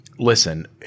Listen